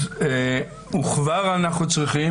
וכבר אנחנו צריכים